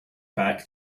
back